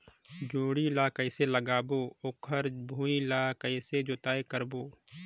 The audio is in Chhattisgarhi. जोणी ला कइसे लगाबो ओकर भुईं ला कइसे जोताई करबो?